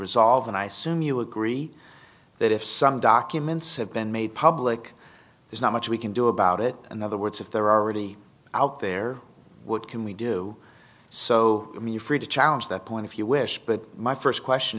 resolve and i assume you agree that if some documents have been made public there's not much we can do about it and other words if there are already out there would can we do so i mean you're free to challenge that point if you wish but my st question